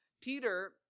Peter